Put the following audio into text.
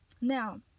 Now